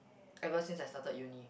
ever since I started uni